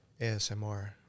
ASMR